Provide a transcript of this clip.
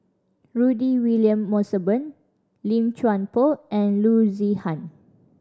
Rudy William Mosbergen Lim Chuan Poh and Loo Zihan